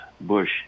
Bush